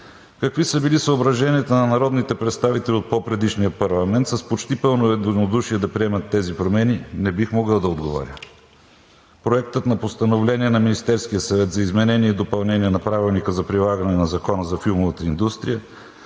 Какви са били съображенията на народните представители от по-предишния парламент с почти пълно единодушие да приемат тези промени не бих могъл да отговоря. Проектът на Постановление на Министерския съвет за изменение и допълнение на Правилника за прилагане на Закона за филмовата индустрия